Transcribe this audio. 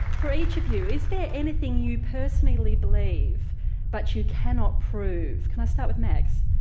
for each of you, is there anything you personally believe but you cannot prove? can i start with max.